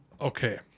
okay